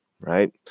right